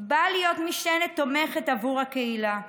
באה להיות משענת תומכת עבור הקהילה.